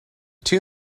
two